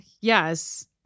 yes